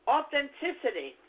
Authenticity